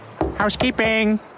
housekeeping